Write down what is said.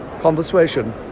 conversation